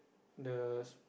the